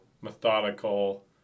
methodical